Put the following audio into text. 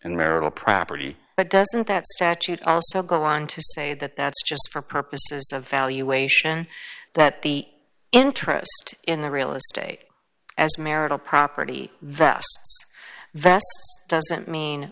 in marital property but doesn't that statute also go on to say that that's just for purposes of valuation that the interest in the real estate as marital property that vest doesn't mean